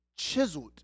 chiseled